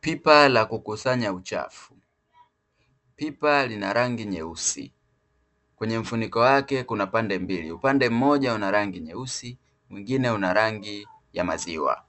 Pipa la kukusanya uchafu, pipa lina rangi nyeusi kwenye mfuniko wake kuna pande mbili, upande mmoja una rangi nyeusi mwingine una rangi ya maziwa.